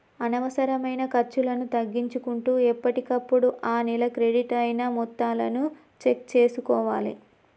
అనవసరమైన ఖర్చులను తగ్గించుకుంటూ ఎప్పటికప్పుడు ఆ నెల క్రెడిట్ అయిన మొత్తాలను చెక్ చేసుకోవాలే